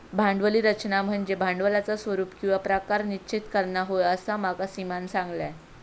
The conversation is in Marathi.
भांडवली रचना म्हनज्ये भांडवलाचा स्वरूप किंवा प्रकार निश्चित करना होय, असा माका सीमानं सांगल्यान